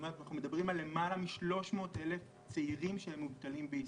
אנחנו מדברים על למעלה מ-300,000 צעירים שהם מובטלים בישראל.